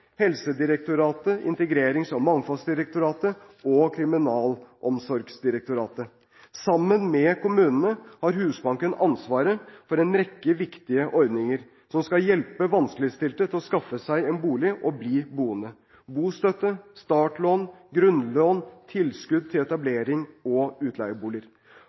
Helsedirektoratet, Integrerings- og mangfoldsdirektoratet og Kriminalomsorgsdirektoratet. Sammen med kommunene har Husbanken ansvaret for en rekke viktige ordninger som skal hjelpe vanskeligstilte med å skaffe seg en bolig og bli boende: bostøtte, startlån, grunnlån, tilskudd til etablering og utleieboliger.